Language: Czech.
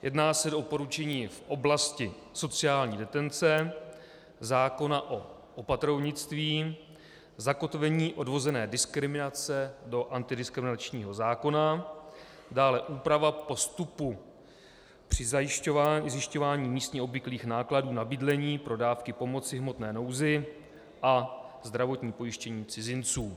Jedná se o doporučení v oblasti sociální detence, zákona o opatrovnictví, zakotvení odvozené diskriminace do antidiskriminačního zákona, dále úprava postupu při zjišťování místně obvyklých nákladů na bydlení pro dávky pomoci v hmotné nouzi a zdravotní pojištění cizinců.